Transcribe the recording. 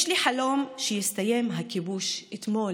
יש לי חלום שיסתיים הכיבוש אתמול,